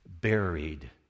buried